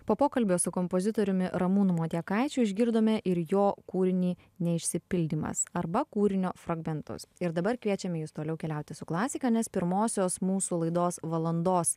po pokalbio su kompozitoriumi ramūnu motiekaičio išgirdome ir jo kūrinį neišsipildymas arba kūrinio fragmentus ir dabar kviečiame jus toliau keliauti su klasika nes pirmosios mūsų laidos valandos